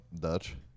Dutch